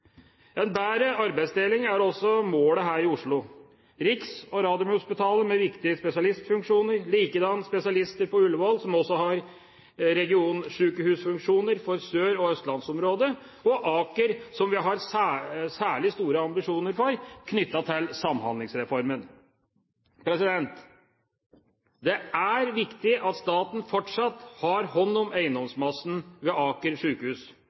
En bedre arbeidsdeling er også målet her i Oslo: Rikshospitalet og Radiumhospitalet, med viktige spesialistfunksjoner, likedan spesialister ved Ullevål sykehus, som også har regionsykehusfunksjoner for sør- og østlandsområdet, og Aker sykehus, som vi har særlig store ambisjoner for, knyttet til Samhandlingsreformen. Det er viktig at staten fortsatt har hånd om eiendomsmassen ved Aker sykehus